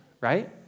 right